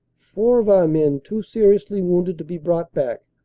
four of our men too seriously wounded to be brought back,